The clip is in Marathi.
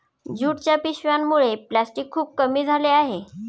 ज्यूटच्या पिशव्यांमुळे प्लॅस्टिक खूप कमी झाले आहे